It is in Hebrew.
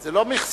זו לא מכסה.